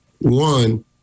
one